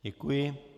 Děkuji.